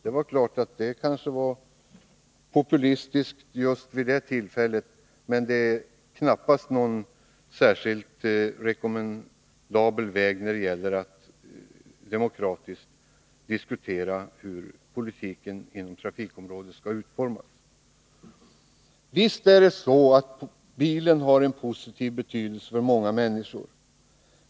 Detta var kanske populistiskt just vid det tillfället, men det är knappast någon särskilt rekommendabel väg när det gäller att demokratiskt diskutera hur trafikpolitiken skall utformas. Visst har bilen positiv betydelse för många människor.